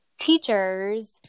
teachers